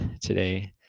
today